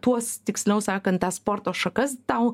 tuos tiksliau sakant tą sporto šakas tau